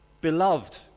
beloved